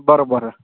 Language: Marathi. बरं बरं